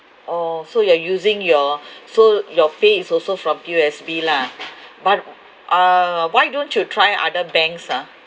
oh so you are using your so your pay is also from P_O_S_B lah but uh why don't you try other banks ah